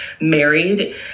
married